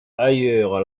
ailleurs